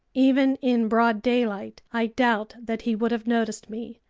even in broad daylight i doubt that he would have noticed me,